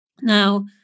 Now